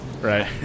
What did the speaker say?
Right